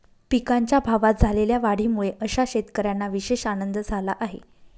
पिकांच्या भावात झालेल्या वाढीमुळे अशा शेतकऱ्यांना विशेष आनंद झाला आहे